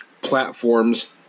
platforms